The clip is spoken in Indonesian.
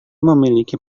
memiliki